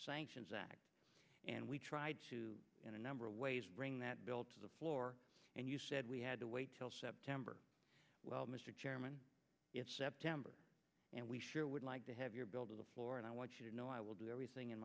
sanctions act and we tried to get a number of ways bring that bill to the floor and you said we had to wait till september well mr chairman september and we sure would like to have your bill to the floor and i want you to know i will do everything in